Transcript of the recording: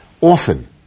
Often